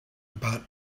about